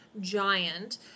giant